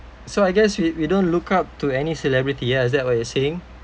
so I guess we we don't look up to any celebrity ya is that what you're saying